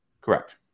Correct